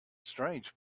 strange